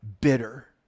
bitter